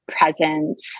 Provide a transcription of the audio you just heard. present